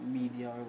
media